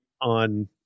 on